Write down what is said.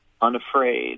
unafraid